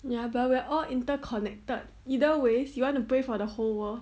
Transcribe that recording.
ya but we're all interconnected either ways you want to pray for the whole world